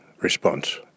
response